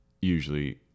usually